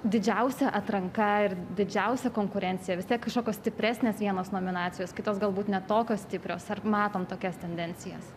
didžiausia atranka ir didžiausia konkurencija vis tiek kažkokios stipresnės vienos nominacijos kitos galbūt ne tokios stiprios ar matom tokias tendencijas